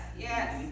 Yes